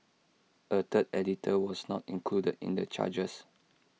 A third editor was not included in the charges